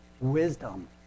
wisdom